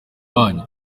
wanyu